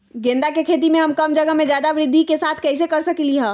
गेंदा के खेती हम कम जगह में ज्यादा वृद्धि के साथ कैसे कर सकली ह?